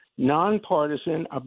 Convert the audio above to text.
Nonpartisan